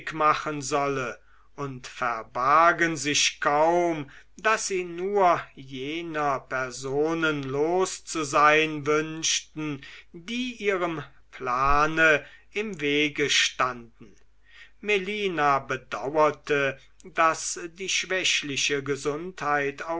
machen solle und verbargen sich kaum daß sie nur jener personen los zu sein wünschten die ihrem plane im wege standen melina bedauerte daß die schwächliche gesundheit